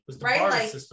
right